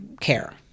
care